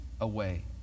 away